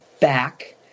back